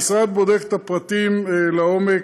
2. המשרד בודק את הפרטים לעומק.